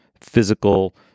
physical